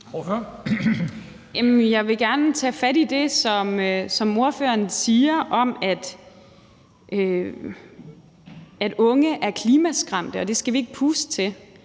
Jeg vil gerne tage fat i det, som ordføreren siger, om, at unge er klimaskræmte, og at det skal vi ikke puste til.